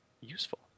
useful